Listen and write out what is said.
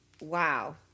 Wow